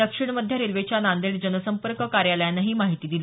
दक्षिण मध्य रेल्वेच्या नांदेड जनसंपर्क कार्यालयानं ही माहिती दिली